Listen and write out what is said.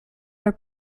were